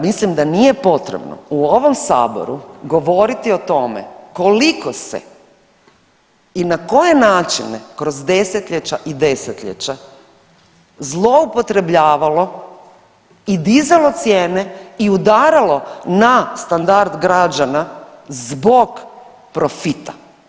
Mislim da nije potrebno u ovom Saboru govoriti o tome koliko se i na koje načine kroz desetljeća i desetljeća zloupotrebljavalo i dizalo cijene i udaralo na standard građana zbog profita.